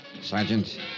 Sergeant